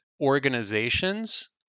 organizations